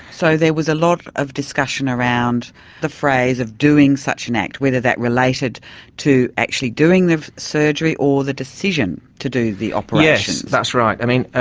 so there was a lot of discussion around the phrase of doing such an act, whether that related to actually doing the surgery or the decision to do the operation. yes, that's right. i mean,